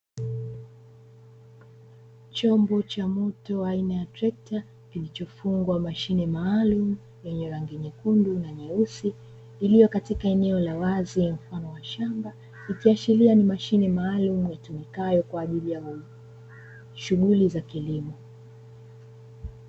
Chombo cha moto aina ya trekta kilicho fungwa mashine maalumu yenye rangi nyekundu na nyeusi, iliyo katika eneo la wazi aina ya shamba ikiashiria ni mashine maalumu itumikayo kwa ajili ya shughuli za kilimo.